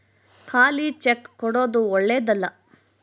ಖಾಲಿ ಚೆಕ್ ಕೊಡೊದು ಓಳ್ಳೆದಲ್ಲ